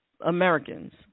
Americans